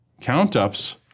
Count-ups